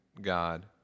God